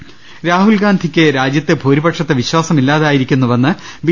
ഗാന്ധിക്ക് രാഹുൽ രാജ്യത്തെ ഭൂരിപക്ഷത്തെ വിശ്വാസമില്ലാതായിരിക്കുന്നുവെന്ന് ബി